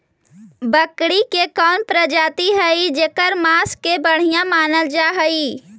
बकरी के कौन प्रजाति हई जेकर मांस के बढ़िया मानल जा हई?